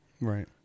Right